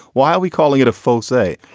why are we calling it a faux say?